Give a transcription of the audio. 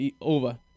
over